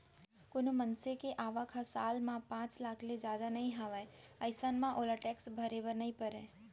कोनो मनसे के आवक ह साल म पांच लाख ले जादा नइ हावय अइसन म ओला टेक्स भरे बर नइ परय